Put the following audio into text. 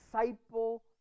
disciple